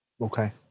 Okay